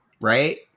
right